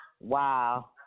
Wow